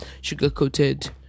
sugar-coated